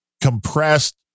compressed